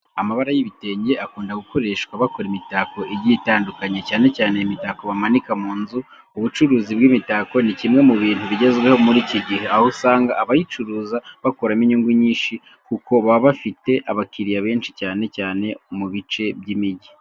Amabara y'ibitenge akunda gukoreshwa bakora imitako igiye itandukanye, cyane cyane imitako bamanika mu nzu. Ubucuruzi bw'imitako ni kimwe mu bintu bigezweho muri iki gihe, aho usanga abayicuruza bakuramo inyungu nyinshi kuko baba bafite abakiriya benshi cyane cyane mu bice by'imigi.